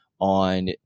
on